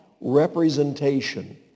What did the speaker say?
representation